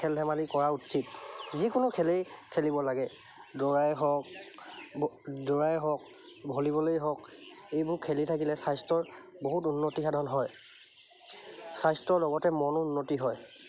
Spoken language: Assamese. খেল ধেমালি কৰা উচিত যিকোনো খেলেই খেলিব লাগে দৌৰাই হওক দৌৰাই হওক ভলীবলেই হওক এইবোৰ খেলি থাকিলে স্বাস্থ্যৰ বহুত উন্নতি সাধন হয় স্বাস্থ্যৰ লগতে মনো উন্নতি হয়